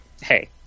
hey